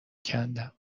کندم